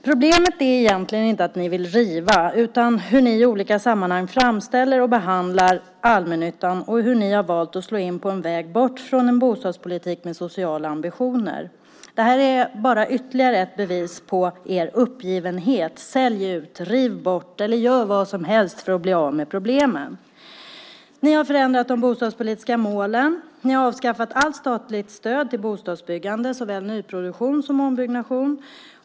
Problemet är egentligen inte att ni vill riva utan hur ni i olika sammanhang framställer och behandlar allmännyttan och hur ni har valt att slå in på en väg bort från en bostadspolitik med sociala ambitioner. Detta är bara ytterligare ett bevis på er uppgivenhet. Sälj ut, riv bort eller gör vad som helst för att bli av med problemen! Ni har förändrat de bostadspolitiska målen. Ni har avskaffat allt statligt stöd till bostadsbyggande, såväl till nyproduktion som till ombyggnation.